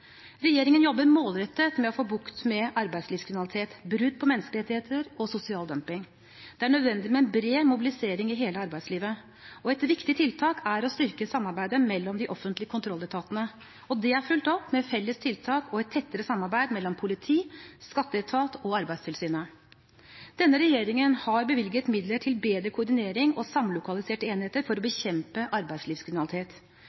Regjeringen jobber målrettet med å få bukt med arbeidslivskriminalitet, brudd på menneskerettigheter og sosial dumping. Det er nødvendig med en bred mobilisering i hele arbeidslivet, og et viktig tiltak er å styrke samarbeidet mellom de offentlige kontrolletatene, og det er fulgt opp med felles tiltak og et tettere samarbeid mellom politiet, skatteetaten og Arbeidstilsynet. Denne regjeringen har bevilget midler til bedre koordinering og samlokaliserte enheter for å